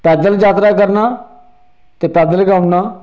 पैदल जात्तरा करना ते पैदल गै औन्ना